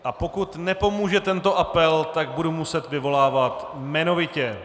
A pokud nepomůže tento apel, tak budu muset vyvolávat jmenovitě.